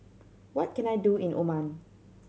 what can I do in Oman